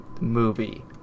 movie